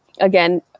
again